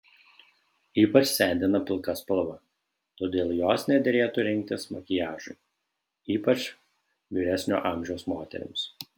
ypač sendina pilka spalva todėl jos nederėtų rinktis makiažui ypač vyresnio amžiaus moterims